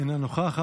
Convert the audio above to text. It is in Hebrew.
אינה נוכחת,